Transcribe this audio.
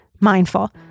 Mindful